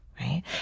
Right